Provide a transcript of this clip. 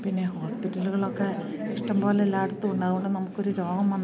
പിന്നെ ഹോസ്പിറ്റലുകളൊക്കെ ഇഷ്ടംപോലെ എല്ലായിടത്തും ഉണ്ടാവുന്നതുകൊണ്ട് നമുക്കൊരു രോഗം വന്നാലും